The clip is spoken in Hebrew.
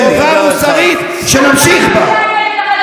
חבר הכנסת כסיף, אתה מוזמן לגשת למיקרופון,